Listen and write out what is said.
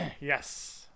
yes